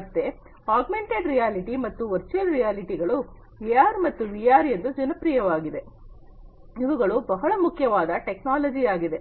ಮತ್ತೆ augmented reality ಮತ್ತು virtual ರಿಯಾಲಿಟಿಗಳು ಎಆರ್ ಮತ್ತು ವಿಆರ್ ಎಂದು ಜನಪ್ರಿಯವಾಗಿದೆ ಇವುಗಳು ಬಹಳ ಮುಖ್ಯವಾದ ಟೆಕ್ನಾಲಜಿ ಆಗಿದೆ